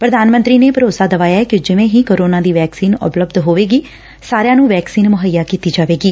ਪੁਧਾਨ ਮੰਤਰੀ ਨੇ ਭਰੋਸਾ ਦਵਾਇਆ ਕਿ ਜਿਵੇਂ ਹੀ ਕੋਰੋਨਾ ਦੀ ਵੈਕਸੀਨ ਉਪਲਬੱਧ ਹੋਵੇਗੀ ਸਾਰਿਆਂ ਨੂੰ ਵੈਕਸੀਨ ਮੁੱਹਈਆ ਕੀਡੀ ਜਾਵੇਗੀ